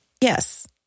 yes